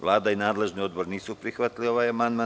Vlada i nadležni odbor nisu prihvatili amandman.